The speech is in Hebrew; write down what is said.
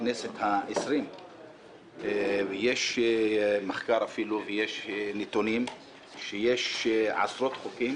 בכנסת העשרים יש מחקר ויש נתונים שיש עשרות חוקים